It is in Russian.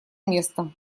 место